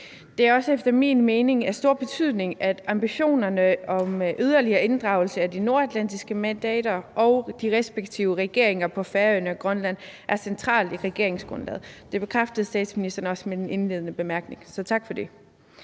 Det er også efter min mening af stor betydning, at ambitionerne om yderligere inddragelse af de nordatlantiske mandater og de respektive regeringer på Færøerne og i Grønland er centralt i regeringsgrundlaget. Det bekræftede statsministeren også med den indledende bemærkning, så tak for det.